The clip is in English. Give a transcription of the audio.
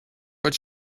but